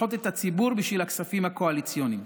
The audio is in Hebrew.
לסחוט את הציבור בשביל הכספים הקואליציוניים.